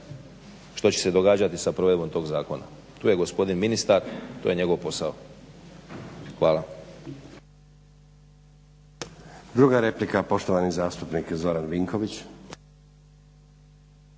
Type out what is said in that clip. što će se događati sa provedbom tog zakona. Tu je gospodin ministar, to je njegov posao. Hvala.